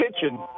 kitchen